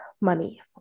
money